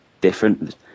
different